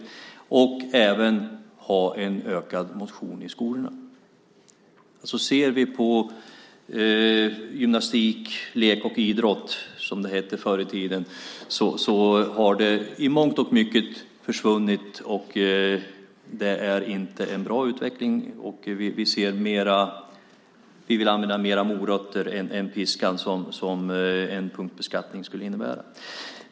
Dessutom behöver vi öka motionen i skolorna. Om vi ser på gymnastik, lek och idrott, som det hette förr i tiden, har den i mångt och mycket försvunnit, och det är inte en bra utveckling. Vi vill använda mer morötter än piska, vilket en punktbeskattning skulle innebära.